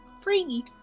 free